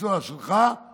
המקצוע שלך הוא